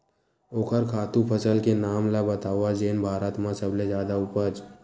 ओखर खातु फसल के नाम ला बतावव जेन भारत मा सबले जादा उपज?